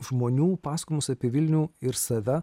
žmonių pasakojimus apie vilnių ir save